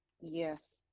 Yes